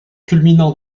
culminant